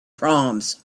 proms